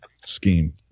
scheme